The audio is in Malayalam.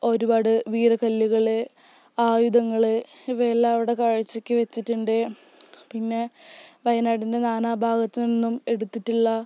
ഒരുപാട് വീരക്കല്ലുകള് ആയുധങ്ങള് ഇവയെല്ലാം അവിടെ കാഴ്ചക്ക് വെച്ചിട്ടുണ്ട് പിന്നെ വയനാടിൻ്റെ നാനാ ഭാഗത്ത് നിന്നും എടുത്തിട്ടുള്ള